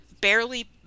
Barely